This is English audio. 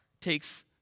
takes